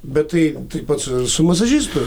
bet tai taip pat su masažistu